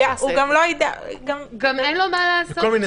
הוא גם לא יודע לעשות את זה.